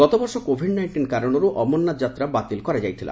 ଗତବର୍ଷ covid nineteen କାରଣରୁ ଅମରନାଥ ଯାତ୍ରା ବାତିଲ କରାଯାଇଥିଲା